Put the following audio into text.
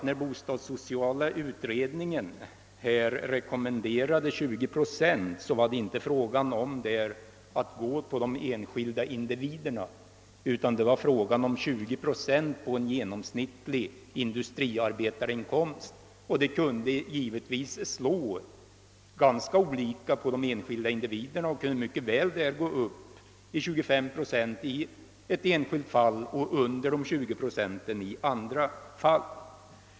När bostadssociala utredningen rekommenderade 20 procent, var det inte fråga om de enskilda individerna, utan det var fråga om 20 procent på en genomsnittlig industriarbetarinkomst, och detta kunde givetvis slå ganska olika för de enskilda individerna. Det kunde mycket väl gå upp till 25 procent i ett enskilt fall och understiga 20 procent i andra fall.